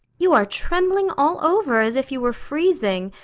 you are trembling all over, as if you were freezing.